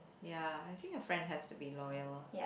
ya I think a friend has to be loyal